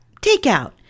Takeout